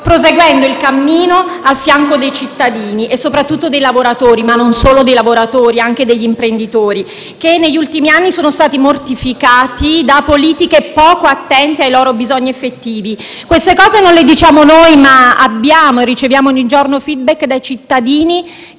proseguendo il cammino a fianco dei cittadini e soprattutto dei lavoratori, ma non solo, anche degli imprenditori, che negli ultimi anni sono stati mortificati da politiche poco attente ai loro bisogni effettivi. Questo non lo diciamo noi, riceviamo ogni giorno *feedback* dai cittadini